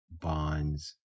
bonds